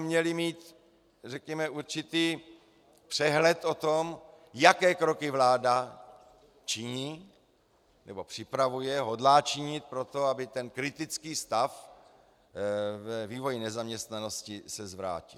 Měli bychom mít, řekněme, určitý přehled o tom, jaké kroky vláda činí nebo připravuje, hodlá činit pro to, aby se ten kritický stav ve vývoji nezaměstnanosti zvrátil.